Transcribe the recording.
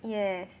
yes